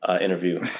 interview